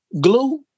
glue